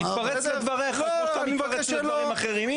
אני אתפרץ לדבריך, כמו שאתה מתפרץ לדברים אחרים.